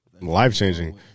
life-changing